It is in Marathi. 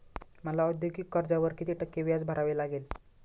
मला औद्योगिक कर्जावर किती टक्के व्याज भरावे लागेल?